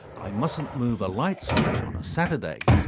i mustn't move a light switch on a saturday,